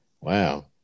Wow